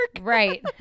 Right